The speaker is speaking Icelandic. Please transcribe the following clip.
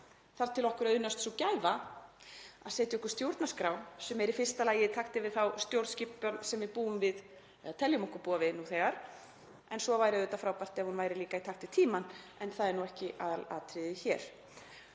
þar til okkur auðnast sú gæfa að setja okkur stjórnarskrá sem er í fyrsta lagi í takti við þá stjórnskipan sem við búum við, eða teljum okkur búa við, nú þegar? En svo væri auðvitað frábært ef hún væri líka í takt við tímann en það er ekki aðalatriðið hér.